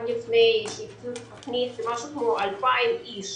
לפני שהתחילו את התכנית משהו כמו 2,000 איש